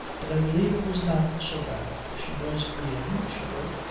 but i believe it was not so bad. she was being, she wrote,